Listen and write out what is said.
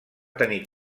tenir